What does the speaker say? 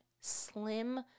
slim